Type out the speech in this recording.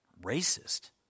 Racist